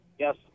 Yes